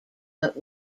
but